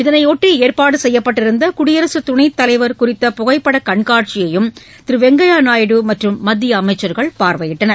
இதனையொட்டி ஏற்பாடு செய்யப்பட்டிருந்த குடியரகத் துணைத் தலைவர் குறித்த புகைப்பட கண்காட்சியையும் திரு வெங்கய்யா நாயுடு மற்றும் மத்திய அமைச்சர் பார்வையிட்டனர்